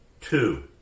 two